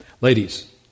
Ladies